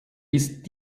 ist